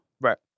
right